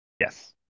Yes